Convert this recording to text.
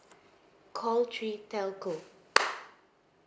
call three telco